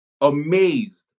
amazed